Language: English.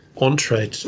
entree